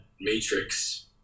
matrix